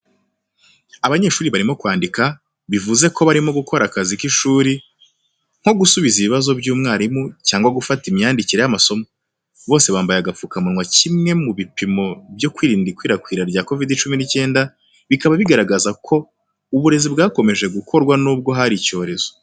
Abanyeshuri barimo kwandika, bivuze ko barimo gukora akazi cy’ishuri, nko gusubiza ibibazo by’umwarimu cyangwa gufata imyandikire y’amasomo. Bose bambaye agapfukamunwa kimwe mu bipimo byo kwirinda ikwirakwira rya COVID-19, bikaba bigaragaza uko uburezi bwakomeje gukorwa nubwo hari icyorezo.